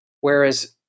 Whereas